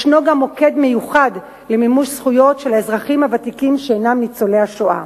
יש גם מוקד מיוחד למימוש זכויות של האזרחים הוותיקים שהם ניצולי השואה.